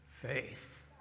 Faith